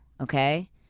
okay